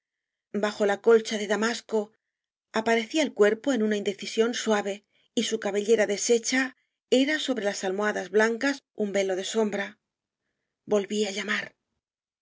bajo la colcha de damasco apa recía el cuerpo en una indecisión suave y su cabellera deshecha era sobre las almoha das blancas un velo de sombra volví á llamar